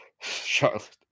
Charlotte